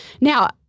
Now